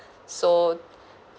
so